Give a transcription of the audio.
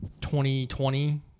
2020